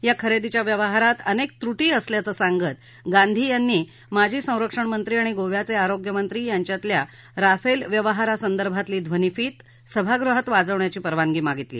या खरेदीच्या व्यवहारात अनेक त्रुपी असल्याचं सांगत गांधी यांनी माजी संरक्षणमंत्री आणि गोव्याचे आरोग्यमंत्री यांच्यातल्या राफेल व्यवहारासंदर्भातली ध्वनीफीत सभागृहात वाजवण्याची परवानगी मागितली